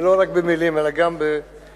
ולא רק במלים אלא גם בעשייה,